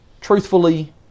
Truthfully